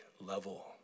level